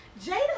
Jada